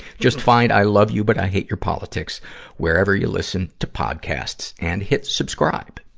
just find i love you, but i hate your politics wherever you listen to podcasts, and hit subscribe.